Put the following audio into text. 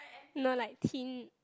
no like thin